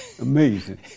Amazing